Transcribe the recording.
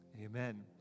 Amen